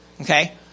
Okay